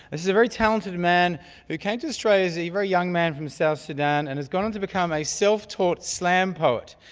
this is a very talented man who came to australia as a very young man from south sudan and has gone on to become a self taught slam poet.